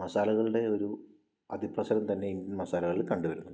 മസാലകളുടെ ഒരു അതിപ്രസരം തന്നെ ഈ മസാലകളിൽ കണ്ടുവരുന്നുണ്ട്